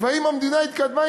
והאם המדינה התקדמה?